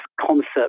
concept